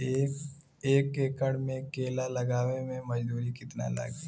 एक एकड़ में केला लगावे में मजदूरी कितना लागी?